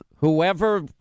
whoever